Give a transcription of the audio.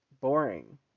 boring